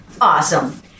Awesome